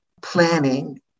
planning